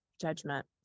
judgment